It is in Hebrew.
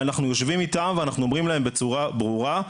אנחנו יושבים איתם ואנחנו אומרים להם בצורה ברורה: